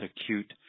acute